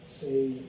say